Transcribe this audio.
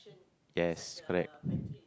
yes correct